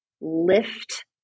lift